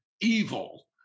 evil